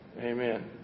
Amen